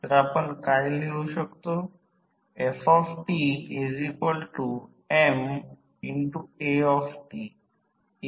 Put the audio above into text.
हे I0 आहे ही बाजू ओपेन आहे दुय्यम बाजू ओपन सर्किट आहे